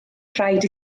rhaid